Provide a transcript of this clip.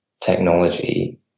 technology –